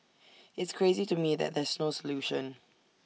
it's crazy to me that there's no solution